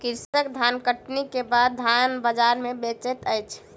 कृषक धानकटनी के बाद धान बजार में बेचैत अछि